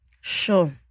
Sure